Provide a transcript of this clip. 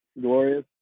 glorious